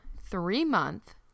three-month